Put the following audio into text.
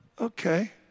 Okay